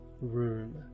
room